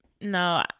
no